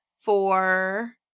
four